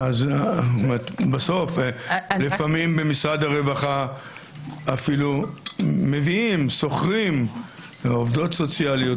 לפעמים במשרד הרווחה אפילו שוכרים עובדים עובדות סוציאליות,